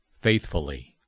faithfully